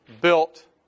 built